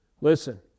Listen